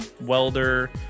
welder